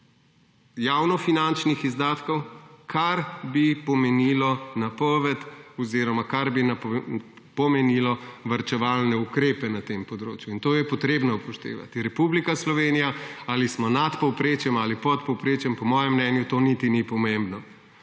javnofinančnih izdatkov, kar bi pomenilo varčevalne ukrepe na tem področju. In to je treba upoštevati. Republika Slovenija, ali smo nad povprečjem ali pod povprečjem, po mojem mnenju to niti ni pomembno,